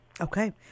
Okay